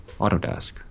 Autodesk